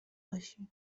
باشی